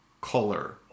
color